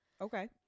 Okay